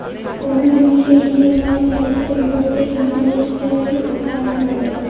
কোনো জিনিসের EMI calculate করতে ইন্টারেস্টের হার লাগে